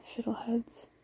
fiddleheads